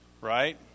right